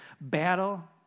battle